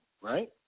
right